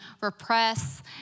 repress